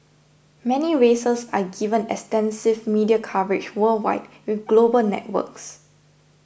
many races are given extensive media coverage worldwide with global networks